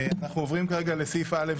אנחנו עוברים כרגע לסעיף א',